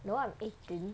no I'm eighteen